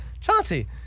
Chauncey